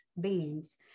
beings